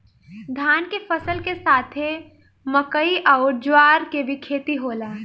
धान के फसल के साथे मकई अउर ज्वार के भी खेती होला